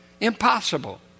Impossible